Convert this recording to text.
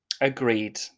Agreed